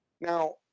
Now